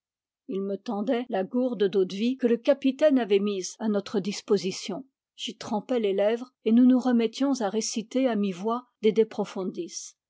ils me tendaient la gourde d'eau-de-vie que le capitaine avait mise à notre disposition j'y trempais les lèvres et nous nous remettions à réciter à mi-voix